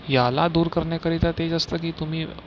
याला दूर करण्याकरिता ते जे असतं की तुम्ही